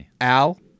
Al –